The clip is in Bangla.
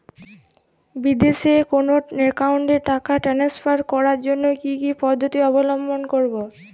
বিদেশের কোনো অ্যাকাউন্টে টাকা ট্রান্সফার করার জন্য কী কী পদ্ধতি অবলম্বন করব?